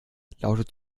lautet